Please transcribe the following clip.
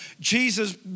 Jesus